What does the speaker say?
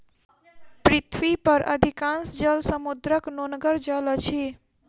पृथ्वी पर अधिकांश जल समुद्रक नोनगर जल अछि